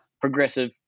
progressive